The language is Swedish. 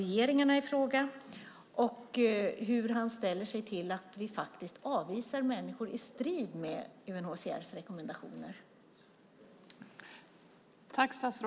Jag vill också fråga om hur han ställer sig till att vi avvisar människor i strid med UNHCR:s rekommendationer.